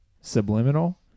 Subliminal